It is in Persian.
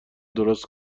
درست